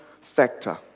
factor